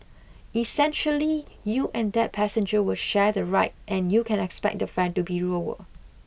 essentially you and that passenger will share the ride and you can expect the fare to be lower